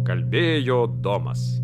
kalbėjo domas